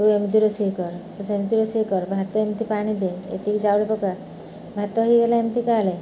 ତୁ ଏମିତି ରୋଷେଇ କର ତ ସେମିତି ରୋଷେଇ କର ଭାତ ଏମିତି ପାଣି ଦିଏ ଏତିକି ଚାଉଳ ପକା ଭାତ ହେଇଗଲା ଏମିତି ଗାଳେ